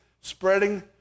spreading